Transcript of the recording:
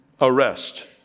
arrest